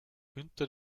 günther